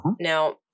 Now